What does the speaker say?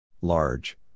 Large